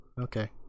okay